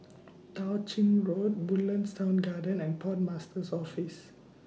Tao Ching Road Woodlands Town Garden and Port Master's Office